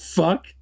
fuck